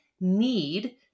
need